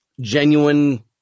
genuine